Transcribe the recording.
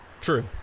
True